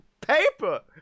paper